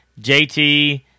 JT